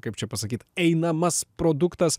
kaip čia pasakyt einamas produktas